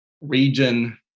region